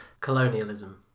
Colonialism